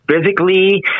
physically